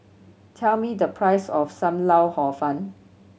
tell me the price of Sam Lau Hor Fun